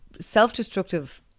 self-destructive